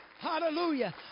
Hallelujah